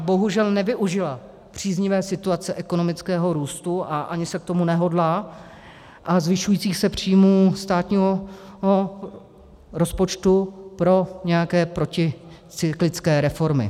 Bohužel nevyužila příznivé situace ekonomického růstu, a ani se k tomu nehodlá, a zvyšujících se příjmů státního rozpočtu pro nějaké proticyklické reformy.